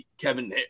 Kevin